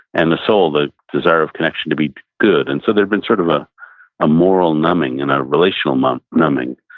and the soul, the desire of connection to be good. and so there had been sort of ah a moral numbing and a relational numbing.